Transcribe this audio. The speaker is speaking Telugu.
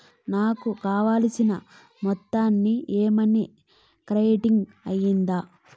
నాకు రావాల్సిన మొత్తము ఏమన్నా క్రెడిట్ అయ్యిందా